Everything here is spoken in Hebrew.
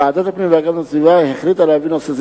ועדת הפנים והגנת הסביבה החליטה להביא נושא זה